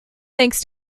thanks